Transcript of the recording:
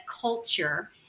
culture